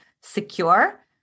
secure